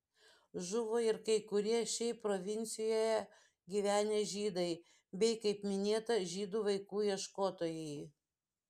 žuvo ir kai kurie šiaip provincijoje gyvenę žydai bei kaip minėta žydų vaikų ieškotojai